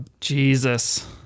Jesus